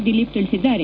ದಿಲೀಪ್ ತಿಳಿಸಿದ್ದಾರೆ